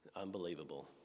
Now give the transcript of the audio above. unbelievable